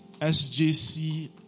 SJC